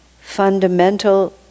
fundamental